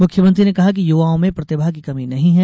मुख्यमंत्री ने कहा कि युवाओं में प्रतिभा की कमी नहीं है